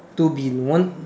two bin one